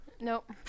Nope